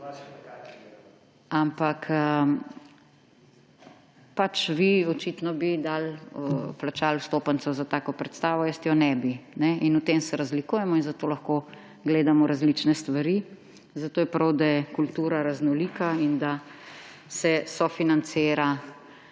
Pač, vi očitno bi plačali vstopnico za takšno predstavo, jaz je ne bi. In v tem se razlikujemo in zato lahko gledamo različne stvari, zato je prav, da je kultura raznolika in da se sofinancira